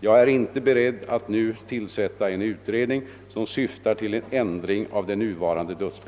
Jag är inte beredd att nu tillsätta en utredning som syftar till en ändring av det nuvarande dödsbe